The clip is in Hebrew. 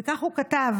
וכך הוא כתב: